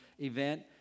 event